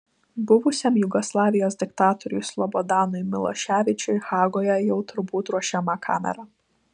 buvusiam jugoslavijos diktatoriui slobodanui miloševičiui hagoje jau turbūt ruošiama kamera